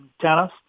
tennis